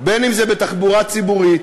אם בתחבורה ציבורית,